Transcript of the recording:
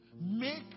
Make